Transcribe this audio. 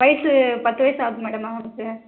வயது பத்து வயது ஆகுது மேடம் அவனுக்கு